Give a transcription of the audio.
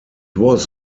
was